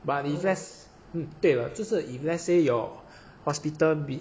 but if let's 对了就是 if let's say your hospital b~